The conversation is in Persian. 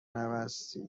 نبستی